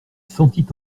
sentit